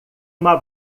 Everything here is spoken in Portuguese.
uma